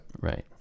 right